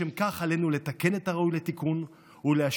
לשם כך עלינו לתקן את הראוי לתיקון ולהשיב